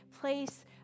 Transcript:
place